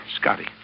Scotty